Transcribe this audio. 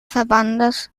verbandes